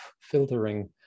filtering